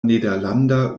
nederlanda